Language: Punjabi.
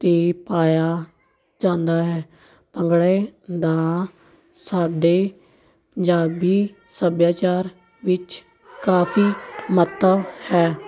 'ਤੇ ਪਾਇਆ ਜਾਂਦਾ ਹੈ ਭੰਗੜੇ ਦਾ ਸਾਡੇ ਪੰਜਾਬੀ ਸੱਭਿਆਚਾਰ ਵਿੱਚ ਕਾਫੀ ਮਹੱਤਵ ਹੈ